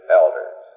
elders